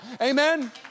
Amen